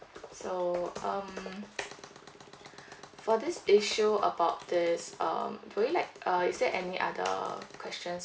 so um for this issue about this um will you like uh is there any other questions